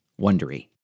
Wondery